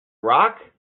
rock